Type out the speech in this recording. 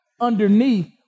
underneath